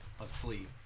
Asleep